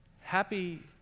happy